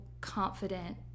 confident